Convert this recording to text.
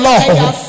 Lord